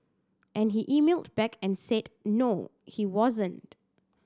and he emailed back and said no he wasn't